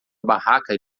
barraca